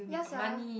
ya sia